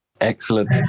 Excellent